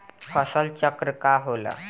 फसल चक्र का होला?